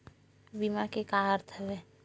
बीमा के का अर्थ हवय?